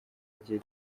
igihe